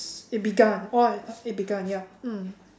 it begun oh it begun yup mm